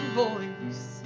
voice